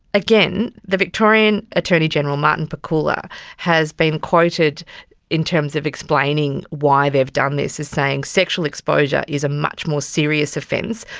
again, the victorian attorney general martin pakula has been quoted in terms of explaining why they've done this as saying sexual exposure is a much more serious offence.